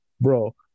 Bro